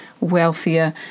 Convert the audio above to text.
wealthier